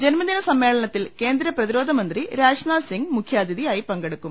ജന്മദിന സമ്മേളനത്തിൽ കേന്ദ്ര പ്രതിരോധ മന്ത്രി രാജ്നാഥ് സിങ്ങ് മുഖ്യാതിഥിയായി പങ്കെടുക്കും